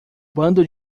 bando